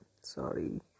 Sorry